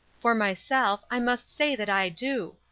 for myself, i must say that i do.